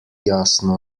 jasno